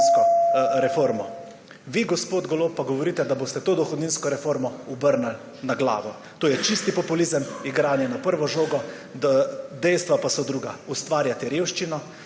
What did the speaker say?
dohodninsko reformo. Vi, gospod Golob, pa govorite, da boste to dohodninsko reformo obrnili na glavo. To je čisti populizem, igranje na prvo žogo, dejstva pa so druga. Ustvarjate revščino,